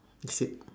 that's it